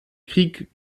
krieg